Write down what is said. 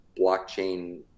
blockchain